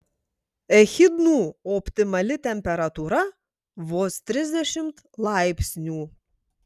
echidnų optimali temperatūra vos trisdešimt laipsnių